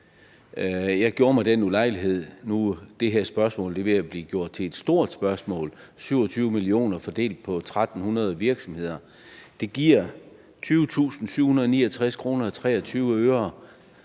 Jeg gjorde mig den ulejlighed, nu hvor det her spørgsmål er ved at blive gjort til et stort spørgsmål – 27 mio. kr. fordelt på 1.300 virksomheder. Det giver 20.769 kr.